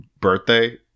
birthday